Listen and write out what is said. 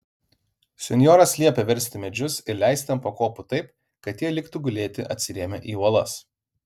senjoras liepė versti medžius ir leisti ant pakopų taip kad jie liktų gulėti atsirėmę į uolas